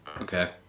Okay